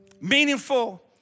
meaningful